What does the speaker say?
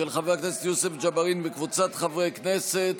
של חבר הכנסת יוסף ג'בארין וקבוצת חברי הכנסת,